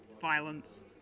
violence